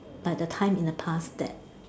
like the time in the past that